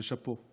ושאפו.